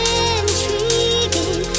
intriguing